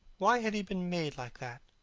why had he been made like that?